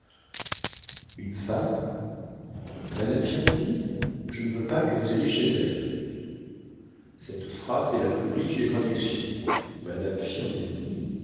une femme madame firmiani je ne veux pas que vous alliez chez elle cette phrase est la plus riche des traductions madame